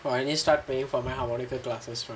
!wah! I need start paying for my harmonica classes already